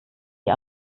die